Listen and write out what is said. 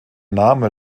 name